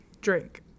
drink